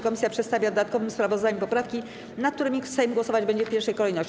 Komisja przedstawia w dodatkowym sprawozdaniu poprawki, nad którymi Sejm głosować będzie w pierwszej kolejności.